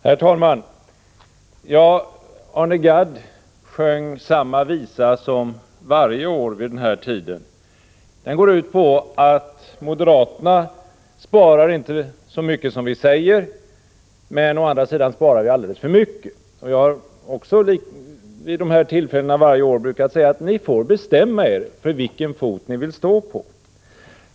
Herr talman! Arne Gadd sjöng samma visa som han gjort varje år vid den här tiden. Den går ut på att vi moderater inte sparar så mycket som vi säger, men å andra sidan sparar vi alldeles för mycket. Jag har vid de här tillfällena varje år brukat säga: Ni får bestämma er för vilken fot ni vill stå på.